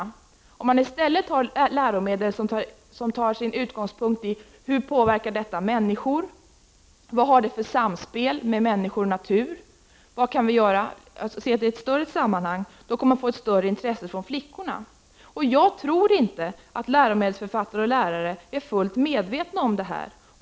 Om man i stället har läromedel som tar sin utgångspunkt i hur olika saker påverkar människor, samspelet mellan människor och natur sett i ett större sammanhang, kommer man att få ett större intresse från flickorna. Jag tror inte att läromedelsförfattare och lärare är fullt medvetna om detta.